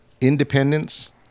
Independence